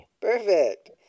Perfect